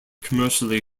commercially